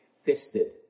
fisted